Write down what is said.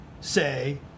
say